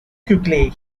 quickly